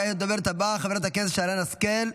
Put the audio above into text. כעת הדוברת הבאה, חברת הכנסת שרן השכל.